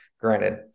Granted